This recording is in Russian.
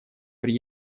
при